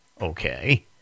Okay